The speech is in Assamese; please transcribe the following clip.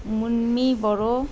মুনমী বড়ো